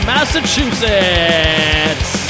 Massachusetts